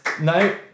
no